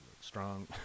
strong